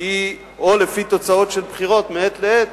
או לפי תוצאות של בחירות מעת לעת,